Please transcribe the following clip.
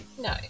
No